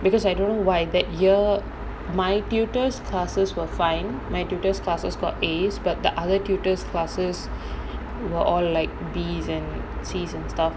because I don't know why that year my tutor's classes were fine my tutor's classes got As but the other tutors' classes were all like Bs and Cs and stuff